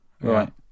right